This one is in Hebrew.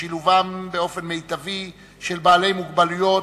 לשילוב מיטבי של בעלי מוגבלות,